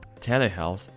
telehealth